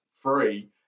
free